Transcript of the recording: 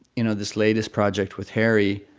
you know, this latest project with harry.